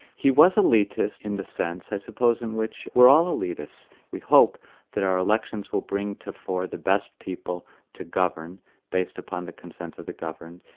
he was elitist in the sense i suppose in which we're all elitist. we hope that our elections will bring to the fore the best people to govern based upon the consent of the governed,